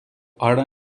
ára